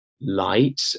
light